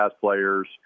players